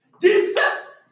Jesus